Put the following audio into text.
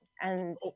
And-